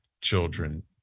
children